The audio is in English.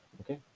okay